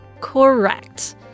Correct